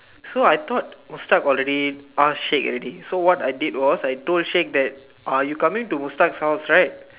so I thought Mustak already ask Sheik already so what I did was I told Sheik that uh you coming to Mustak's house right